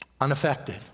unaffected